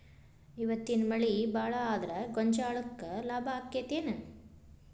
ಇವತ್ತಿನ ಮಳಿ ಭಾಳ ಆದರ ಗೊಂಜಾಳಕ್ಕ ಲಾಭ ಆಕ್ಕೆತಿ ಏನ್?